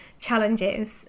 challenges